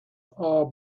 are